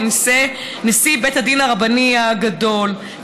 כנשיא בית הדין הרבני הגדול,